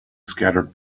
scattered